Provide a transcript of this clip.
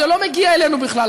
זה לא מגיע אלינו בכלל,